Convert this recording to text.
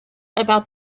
about